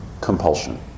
compulsion